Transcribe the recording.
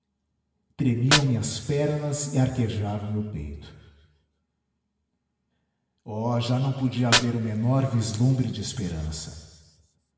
vacilei tremiam me as pernas e arquejava me o peito oh já não podia haver o menor vislumbre de esperança